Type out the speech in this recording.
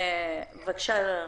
בבקשה,